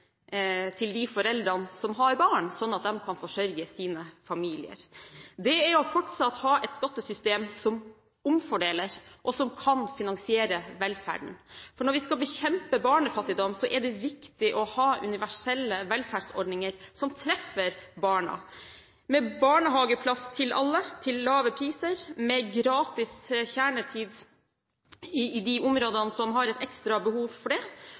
til de foreldrene som har barn, slik at de kan forsørge sine familier, det er å fortsatt ha et skattesystem som omfordeler, og som kan finansiere velferden. Når vi skal bekjempe barnefattigdom, er det viktig å ha universelle velferdsordninger som treffer barna – med barnehageplass til alle til lave priser, med gratis kjernetid i de områdene som har et ekstra behov for det,